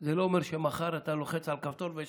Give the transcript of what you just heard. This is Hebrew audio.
זה לא אומר שמחר אתה לוחץ על כפתור ויש